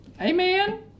Amen